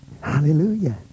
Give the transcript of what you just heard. Hallelujah